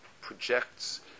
projects